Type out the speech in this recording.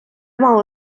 мало